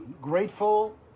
grateful